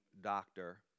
doctor